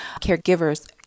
Caregivers